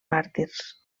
màrtirs